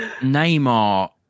Neymar